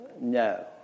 No